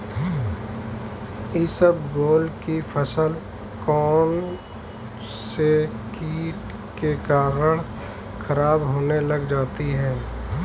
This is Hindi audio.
इसबगोल की फसल कौनसे कीट के कारण खराब होने लग जाती है?